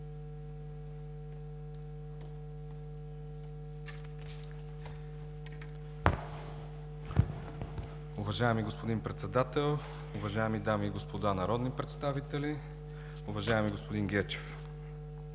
Уважаеми господин Председател, уважаеми дами и господа народни представители! Уважаеми господин Гечев,